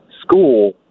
school